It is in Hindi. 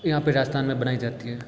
यहाँ पे राजस्थान में बनाई जाती है